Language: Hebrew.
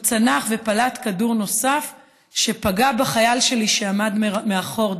הוא צנח ופלט כדור נוסף שפגע בחייל שלי שעמד מאחור,